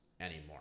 anymore